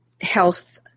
health